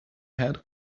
had